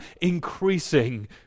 increasing